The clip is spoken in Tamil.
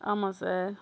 ஆமாம் சார்